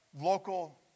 local